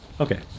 Okay